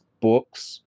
books